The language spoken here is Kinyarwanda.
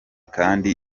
kandi